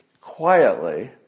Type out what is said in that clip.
quietly